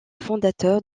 fondateur